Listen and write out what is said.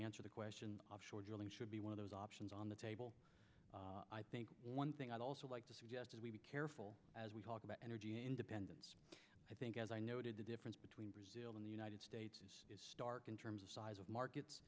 answer the question offshore drilling should be one of those options on the table i think one thing i'd also like to suggest is we be careful as we talk about energy independence i think as i noted the difference between brazil and the united states is stark in terms of size of markets